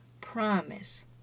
promise